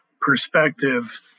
perspective